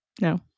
no